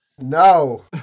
No